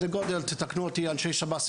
אנשי שב"ס,